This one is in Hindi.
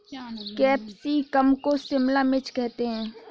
कैप्सिकम को शिमला मिर्च करते हैं